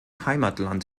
heimatland